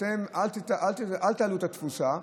אל תעלו את התפוסה,